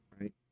right